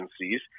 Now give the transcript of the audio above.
agencies